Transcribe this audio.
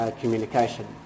communication